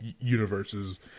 universes